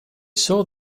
saw